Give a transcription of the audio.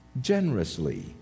generously